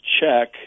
check